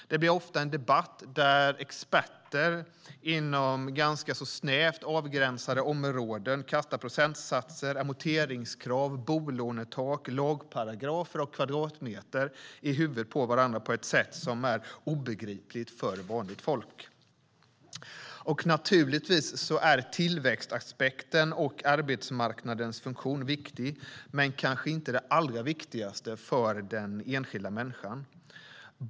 Det blir ofta en debatt där experter inom ganska så snävt avgränsade områden kastar procentsatser, amorteringskrav, bolånetak, lagparagrafer och kvadratmeter i huvudet på varandra på ett sätt som är obegripligt för vanligt folk. Naturligtvis är tillväxtaspekten och arbetsmarknadens funktion viktiga, men kanske inte det allra viktigaste för den enskilda människan.